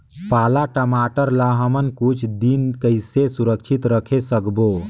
पाला टमाटर ला हमन कुछ दिन कइसे सुरक्षित रखे सकबो?